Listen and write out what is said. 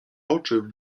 oczy